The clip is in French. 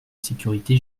sécurité